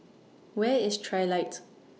Where IS Trilight